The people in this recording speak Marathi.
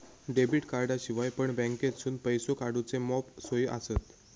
डेबिट कार्डाशिवाय पण बँकेतसून पैसो काढूचे मॉप सोयी आसत